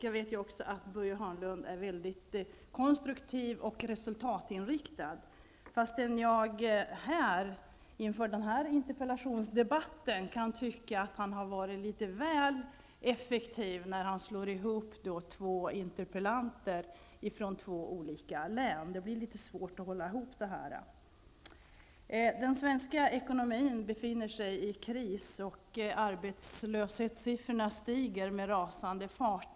Jag vet också att Börje Hörnlund är mycket konstruktiv och resultatinriktad, fastän jag inför den här interpellationsdebatten kan tycka att han är litet väl effektiv när han slår ihop två interpellationer om två olika län -- det gör det litet svårt att hålla ihop debatten. Den svenska ekonomin är i kris, och arbetslöshetssiffrorna stiger med rasande fart.